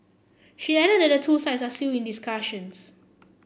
she added that the two sides are still in discussions